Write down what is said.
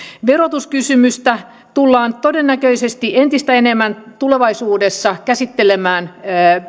verotuskysymystä tullaan todennäköisesti entistä enemmän tulevaisuudessa käsittelemään